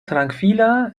trankvila